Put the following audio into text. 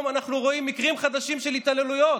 אנחנו רואים מקרים חדשים של התעללויות?